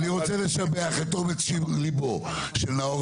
אני רוצה לשבח את אומץ ליבו של נאור